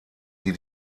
die